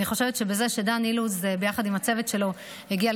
אני חושבת שבזה שדן אילוז ביחד עם הצוות שלו הגיע,